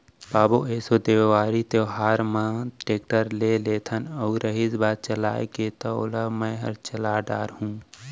बाबू एसो देवारी तिहार म टेक्टर लेइ लेथन अउ रहिस बात चलाय के त ओला मैंहर चला डार हूँ